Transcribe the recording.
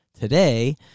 today